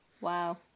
Wow